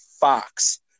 Fox